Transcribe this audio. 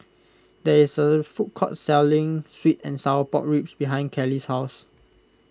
there is a food court selling Sweet and Sour Pork Ribs behind Kellee's house